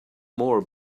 more